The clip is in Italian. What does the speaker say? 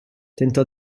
tentò